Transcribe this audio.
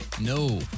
No